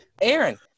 aaron